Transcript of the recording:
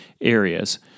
areas